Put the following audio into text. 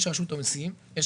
יש